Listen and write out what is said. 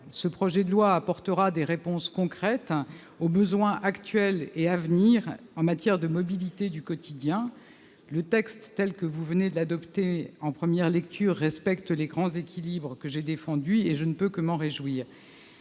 Ce projet de loi apportera des réponses concrètes aux besoins actuels et à venir en matière de mobilité du quotidien. La rédaction issue de vos travaux en première lecture respecte les grands équilibres que j'ai défendus. Je ne peux que m'en réjouir.